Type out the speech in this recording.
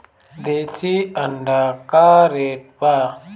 देशी अंडा का रेट बा?